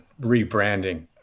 rebranding